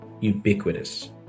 ubiquitous